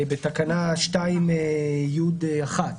בתקנה 2(י)(1).